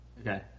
Okay